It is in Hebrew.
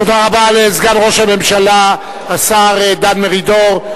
תודה רבה לסגן ראש הממשלה השר דן מרידור.